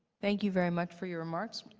thank you very much for your remarks.